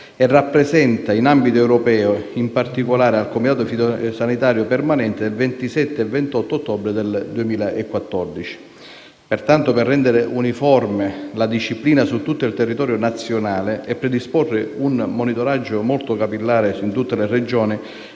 e rappresentata in ambito europeo, in particolare al comitato fitosanitario permanente del 27 e 28 ottobre 2014. Pertanto, per rendere uniforme la disciplina su tutto il territorio nazionale e predisporre un monitoraggio molto capillare in tutte le Regioni,